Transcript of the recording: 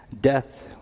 Death